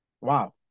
Wow